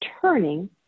turning